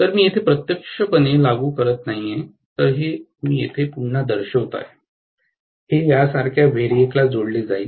तर मी हे इथे प्रत्यक्षपणे लागू करू शकत नाही तर हे मी इथे पुन्हा दर्शवितो हे यासारख्या व्हेरिएकला जोडले जाईल